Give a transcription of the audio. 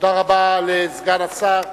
תודה רבה לסגן השר.